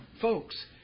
Folks